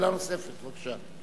שאלה נוספת, בבקשה.